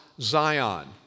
Zion